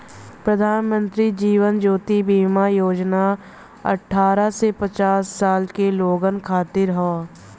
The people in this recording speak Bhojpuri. प्रधानमंत्री जीवन ज्योति बीमा योजना अठ्ठारह से पचास साल के लोगन खातिर हौ